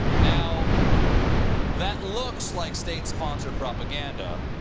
now that looks like state-sponsored propaganda.